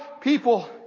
people